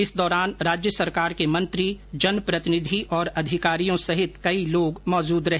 इस दौरान राज्य सरकार के मंत्री जनप्रतिनिधि और अधिकारियों सहित कई लोग मौजुद रहे